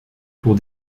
pour